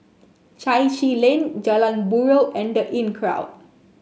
Chai Chee Lane Jalan Buroh and The Inncrowd